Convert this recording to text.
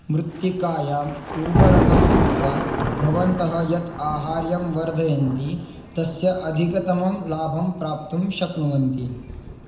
मृत्तिकायाम् उर्वरकं कृत्वा भवन्तः यत् आहार्यं वर्धयन्ति तस्य अधिकतमं लाभं प्राप्तुं शक्नुवन्ति